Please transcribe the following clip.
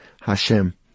Hashem